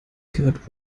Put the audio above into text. gehört